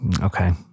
Okay